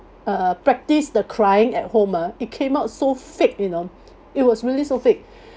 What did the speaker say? uh practise the crying at home ah it came out so fake you know it was really so fake